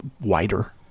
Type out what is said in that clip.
wider